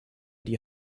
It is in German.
die